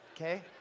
okay